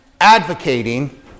advocating